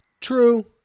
True